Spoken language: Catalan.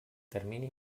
termini